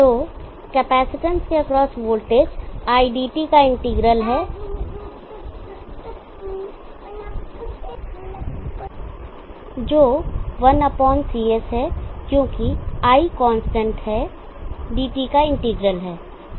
तो कैपेसिटेंस के across voltage Idt का इंटीग्रल है जो ICS है क्योंकि I कांस्टेंट है dt का इंटीग्रल है